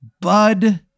Bud